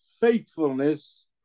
faithfulness